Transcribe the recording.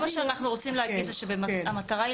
כל מה שאנחנו רוצים להגיד הוא שהמטרה היא